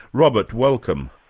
robert, welcome.